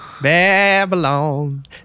Babylon